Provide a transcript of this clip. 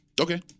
Okay